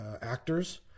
actors